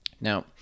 Now